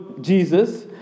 Jesus